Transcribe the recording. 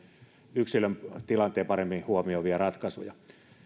yksilön tilanteen paremmin huomioivia ratkaisuja